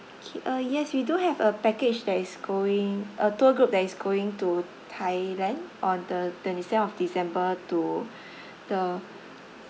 K uh yes we do have a package that is going a tour group that is going to thailand on the twenty seven of december to the